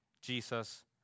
Jesus